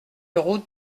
route